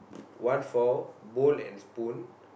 one for bowl and spoon